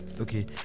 okay